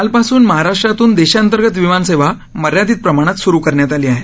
कालपासून महाराष्ट्रातून देशांतर्गत विमान सेवा मर्यादित प्रमाणात सुरु झाली आहे